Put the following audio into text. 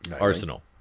Arsenal